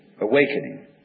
awakening